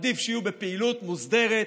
עדיף שיהיו בפעילות מוסדרת,